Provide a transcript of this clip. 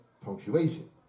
punctuation